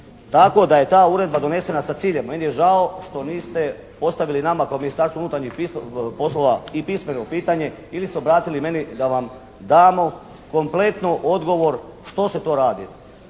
tako da je ta uredba donesena sa ciljem. Meni je žao što niste postavili nama kao Ministarstvu unutarnjih poslova i pismeno pitanje ili se obratili meni da vam damo kompletno odgovor što se to radi?